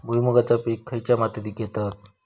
भुईमुगाचा पीक खयच्या मातीत घेतत?